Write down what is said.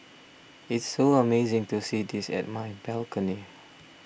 it's so amazing to see this at my balcony